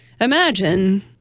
imagine